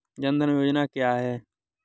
जनधन योजना क्या है?